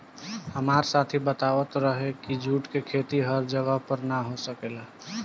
हामार साथी बतलावत रहे की जुट के खेती हर जगह पर ना हो सकेला